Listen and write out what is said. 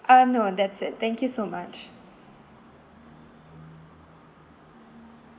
uh no that's it thank you so much